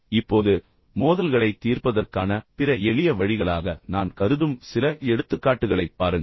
இப்போது மோதல்களைத் தீர்ப்பதற்கான பிற எளிய வழிகளாக நான் கருதும் சில எடுத்துக்காட்டுகளைப் பாருங்கள்